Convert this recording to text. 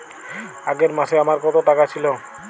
আগের মাসে আমার কত টাকা ছিল?